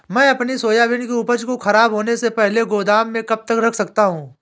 मैं अपनी सोयाबीन की उपज को ख़राब होने से पहले गोदाम में कब तक रख सकता हूँ?